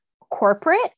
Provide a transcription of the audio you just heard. corporate